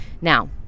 now